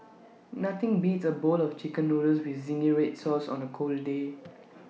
nothing beats A bowl of Chicken Noodles with Zingy Red Sauce on A cold day